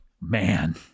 Man